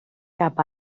cap